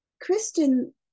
Kristen